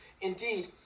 Indeed